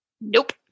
Nope